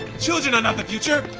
children are not the future.